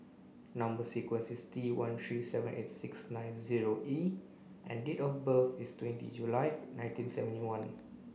number sequence is T one three seven eight six nine zero E and date of birth is twenty nineteen seventy one